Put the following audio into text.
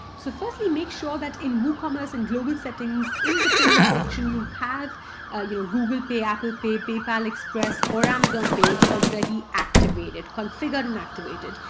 so firstly make sure that in woocommerce and global settings in the payment section you have you know google pay, apple pay, paypal express or amazon pay already activated configure and activated.